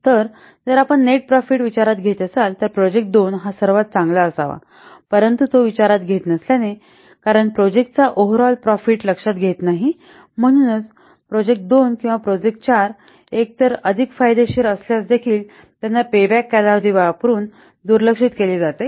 तर जर आपण नेट प्रॉफिट विचारात घेत असाल तर प्रोजेक्ट 2 हा सर्वात चांगला असावा परंतु तो विचारात घेत नसल्याने कारण प्रोजेक्ट चा ओव्हरऑल प्रॉफिट लक्षात घेत नाही म्हणूनच प्रोजेक्ट 2 किंवा प्रोजेक्ट 4 एकतर अधिक फायदेशीर असल्यासदेखील त्यांना पेबॅक कालावधी वापरुन दुर्लक्षित केले जाते